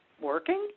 working